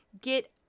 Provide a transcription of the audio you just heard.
get